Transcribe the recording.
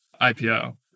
ipo